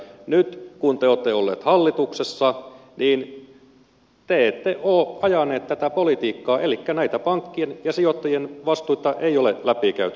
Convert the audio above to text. nyt kun te olette olleet hallituksessa te ette ole ajaneet tätä politiikkaa elikkä näitä pankkien ja sijoittajien vastuita ei ole läpikäyty